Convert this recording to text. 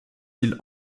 îles